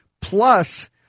Plus